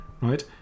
right